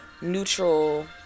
neutral